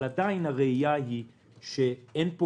אבל עדיין הראייה היא שאין פה